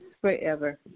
forever